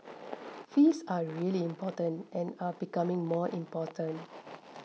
fees are really important and are becoming more important